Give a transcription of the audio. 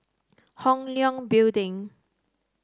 Hong Leong Building